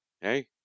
Hey